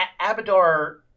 abadar